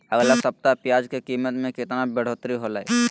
अगला सप्ताह प्याज के कीमत में कितना बढ़ोतरी होलाय?